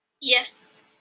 Yes